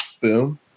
Boom